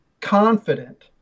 Confident